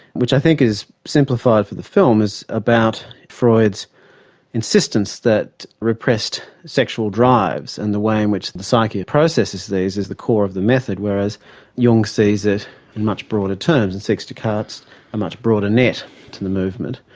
which i think is simplified for the film, is about freud's insistence that repressed sexual drives and the way in which the psyche processes these is the core of the method whereas jung sees it much broader terms and seeks to cast a much broader net to the movement.